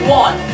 one